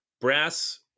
Brass